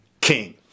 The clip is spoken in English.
king